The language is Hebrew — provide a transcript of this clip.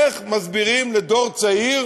איך מסבירים לדור צעיר